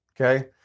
okay